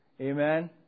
Amen